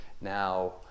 Now